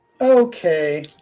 Okay